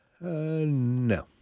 no